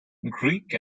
greek